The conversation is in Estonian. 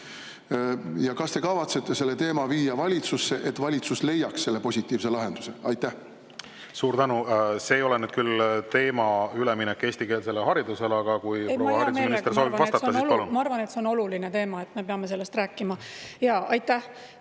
Kas te kavatsete selle teema viia valitsusse, et valitsus leiaks positiivse lahenduse? Suur tänu! See ei ole nüüd küll teema "Üleminek eestikeelsele haridusele", aga kui proua haridusminister soovib vastata, siis palun. Ei, ma hea meelega vastan. Ma arvan, et see on oluline teema, me peame sellest rääkima. Jaa, aitäh!